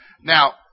Now